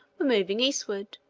were moving eastward,